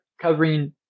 covering